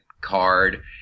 card